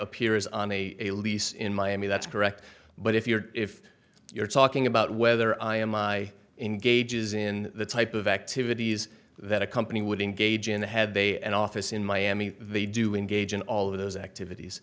appears on a a lease in miami that's correct but if you're if you're talking about whether i am i in gauges in the type of activities that a company would engage in the head they an office in miami they do in gauging all of those activities